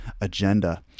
agenda